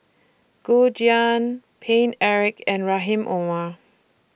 Gu Juan Paine Eric and Rahim Omar